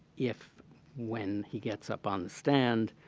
if when he gets up on the stand,